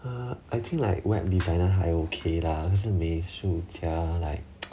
uh I think like web designer 还 okay lah 可是美术家 like